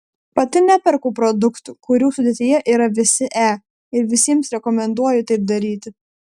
pati neperku produktų kurių sudėtyje yra visi e ir visiems rekomenduoju taip daryti